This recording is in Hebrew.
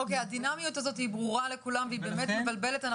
הדינמיות הזאת ברורה לכולם, והיא באמת מבלבלת.